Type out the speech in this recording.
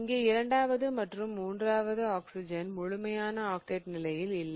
இங்கே இரண்டாவது மற்றும் மூன்றாவது ஆக்சிஜன் முழுமையான ஆக்டெட் நிலையில் இல்லை